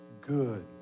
good